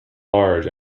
large